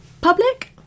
public